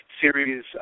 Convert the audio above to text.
series